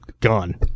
gone